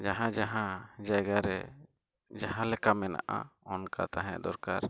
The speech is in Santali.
ᱡᱟᱦᱟᱸᱼᱡᱟᱦᱟᱸ ᱡᱟᱭᱜᱟᱨᱮ ᱡᱟᱦᱟᱸᱞᱮᱠᱟ ᱢᱮᱱᱟᱜᱼᱟ ᱚᱱᱠᱟ ᱛᱟᱦᱮᱸ ᱫᱚᱨᱠᱟᱨ